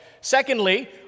Secondly